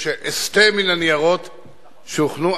שאסטה מן הניירות שהוכנו,